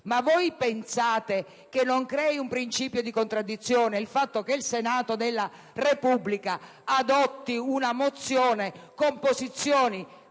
Ma voi pensate che non crei un principio di contraddizione il fatto che il Senato della Repubblica adotti una mozione con posizioni